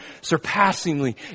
surpassingly